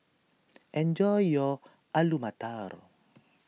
enjoy your Alu Matar